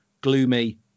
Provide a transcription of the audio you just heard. Gloomy